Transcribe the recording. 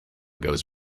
goes